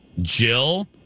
Jill